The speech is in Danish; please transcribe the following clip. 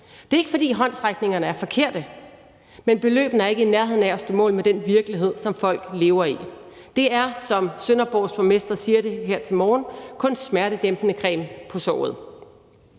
Det er ikke, fordi håndsrækningerne er forkerte, men beløbene er ikke i nærheden af at stå mål med den virkelighed, som folk lever i. Det er, som Sønderborgs borgmester siger det her til morgen, kun smertedæmpende creme på såret.